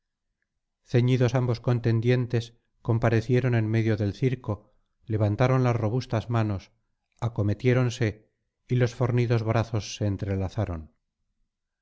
ceñidos ambos contendientes comparecieron en medio del circo levantaron las robustas manos acometiéronse y los fornidos brazos se entrelazaron